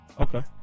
Okay